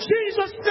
Jesus